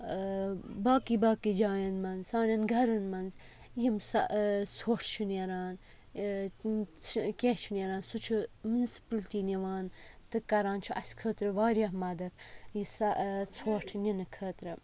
باقٕے باقٕے جایَن منٛز سانٮ۪ن گَرَن منٛز یِم سۄ ژھۄٹھ چھِ نیران کینٛہہ چھُ نیران سُہ چھُ مُنسِپٕلٹی نِوان تہٕ کَران چھُ اَسہِ خٲطرٕ واریاہ مَدَت یہِ سا ژھۄٹھ نِنہٕ خٲطرٕ